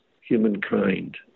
humankind